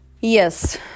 Yes